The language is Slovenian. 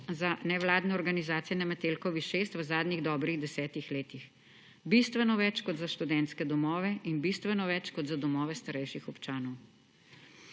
za nevladne organizacije na Metelkovi 6 v zadnjih dobrih desetih letih – bistveno več kot za študentske domove in bistveno več kot za domove starejših občanov.